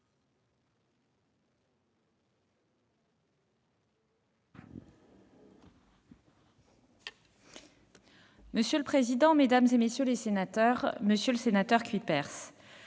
Monsieur le président, mesdames, messieurs les sénateurs, monsieur le sénateur Cuypers,